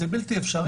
זה בלתי אפשרי.